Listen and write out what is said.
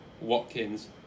Watkins